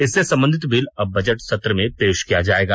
इससे संबंधित बिल अब बजट सत्र में पेश किया जाएगा